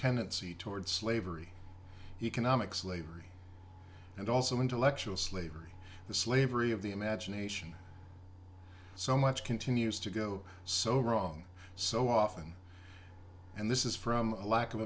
tendency toward slavery economic slavery and also intellectual slavery the slavery of the imagination so much continues to go so wrong so often and this is from a lack of